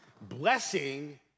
Blessing